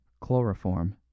Chloroform